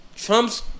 Trump's